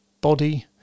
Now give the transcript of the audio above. body